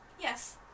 Yes